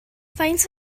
faint